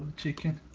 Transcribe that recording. chicken.